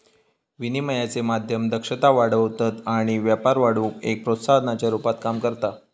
विनिमयाचे माध्यम दक्षता वाढवतत आणि व्यापार वाढवुक एक प्रोत्साहनाच्या रुपात काम करता